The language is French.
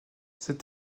cette